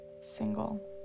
single